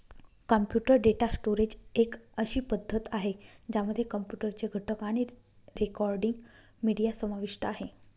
computer data storage एक अशी पद्धती आहे, ज्यामध्ये कॉम्प्युटर चे घटक आणि रेकॉर्डिंग, मीडिया समाविष्ट आहे